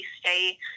stay